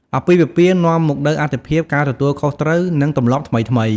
អាពាហ៍ពិពាហ៍នាំមកនូវអាទិភាព ការទទួលខុសត្រូវ និងទម្លាប់ថ្មីៗ។